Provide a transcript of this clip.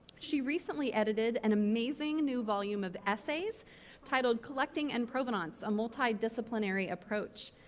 she recently edited an amazing new volume of essays titled collecting and provenance a multidisciplinary approach.